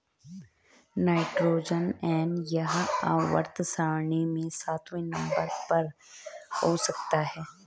nitrogen N यह आवर्त सारणी में सातवें नंबर पर हो सकता है